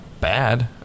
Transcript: bad